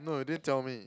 no you didn't tell me